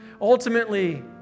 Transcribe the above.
Ultimately